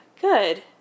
good